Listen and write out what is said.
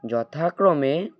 যথাক্রমে